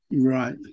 right